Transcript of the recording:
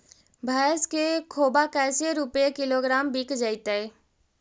भैस के खोबा कैसे रूपये किलोग्राम बिक जइतै?